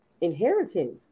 inheritance